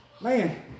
man